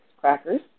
crackers